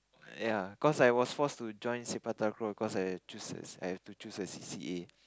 ya cause I was forced to join Sepak takraw cause I have to choose a I have to choose a c_c_a